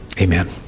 Amen